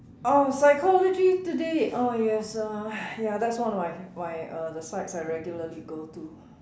uh Psychology Today oh yes uh ya that's one of my my uh the sites I regularly go to